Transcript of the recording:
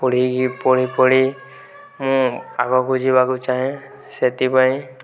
ପଢ଼ିକି ପଢ଼ି ପଢ଼ି ମୁଁ ଆଗକୁ ଯିବାକୁ ଚାହେଁ ସେଥିପାଇଁ